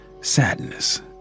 sadness